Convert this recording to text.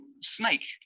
snake